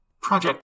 Project